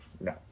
No